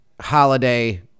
holiday